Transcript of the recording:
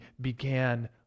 began